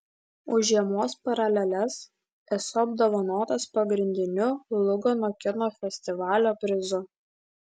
už žiemos paraleles esu apdovanotas pagrindiniu lugano kino festivalio prizu